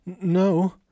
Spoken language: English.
No